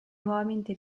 nuovamente